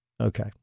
Okay